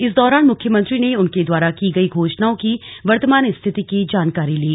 इस दौरान मुख्यमंत्री ने उनके द्वारा की गई घोषणाओं की वर्तमान स्थिति की जानकारी ली